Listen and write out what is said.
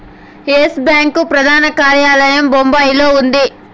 yes Bank ప్రధాన కార్యాలయం బొంబాయిలో ఉంది